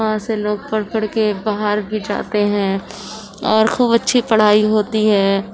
وہاں سے لوگ پڑھ پڑھ کے باہر بھی جاتے ہیں اور خوب اچھی پڑھائی ہوتی ہے